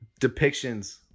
depictions